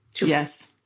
yes